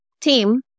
team